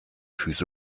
füße